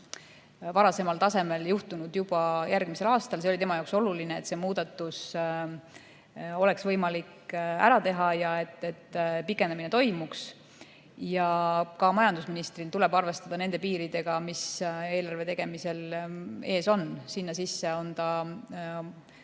varasemal tasemel ei juhtuks juba järgmisel aastal. Tema jaoks oli oluline, et see muudatus oleks võimalik ära teha, et pikenemine toimuks. Aga ka majandusministril tuleb arvestada nende piiridega, mis eelarve tegemisel on. Sinna sisse on tulnud